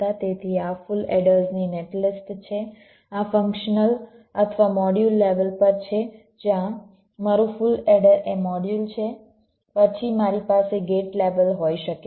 તેથી આ ફુલ એડર્સની નેટલિસ્ટ છે આ ફંક્શનલ અથવા મોડ્યુલ લેવલ પર છે જ્યાં મારું ફુલ એડર એ મોડ્યુલ છે પછી મારી પાસે ગેટ લેવલ હોઈ શકે છે